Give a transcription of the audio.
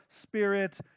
spirit